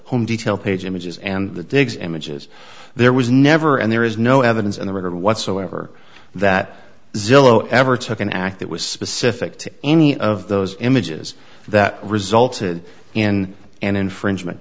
home detail page images and the digs images there was never and there is no evidence in the record whatsoever that zillow ever took an act that was specific to any of those images that resulted in an infringement